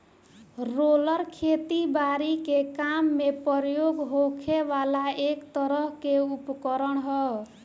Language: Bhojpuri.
रोलर खेती बारी के काम में प्रयोग होखे वाला एक तरह के उपकरण ह